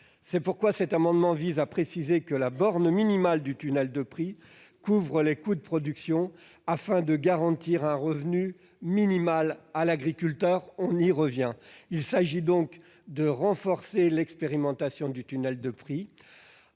C'est pourquoi cet amendement vise à préciser que la borne minimale du tunnel de prix couvre les coûts de production afin de garantir un revenu minimal à l'agriculteur : on y revient. Il s'agit de renforcer l'expérimentation de ce dispositif